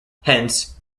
hence